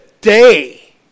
day